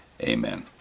Amen